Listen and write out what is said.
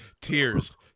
Tears